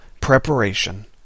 preparation